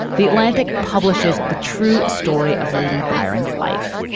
the atlantic publishes the true story of lady byron's life,